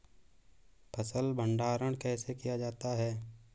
फ़सल भंडारण कैसे किया जाता है?